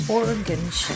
organs